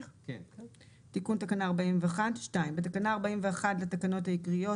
"תיקון תקנה 412. בתקנה 41 לתקנות העיקריות,